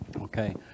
okay